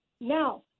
now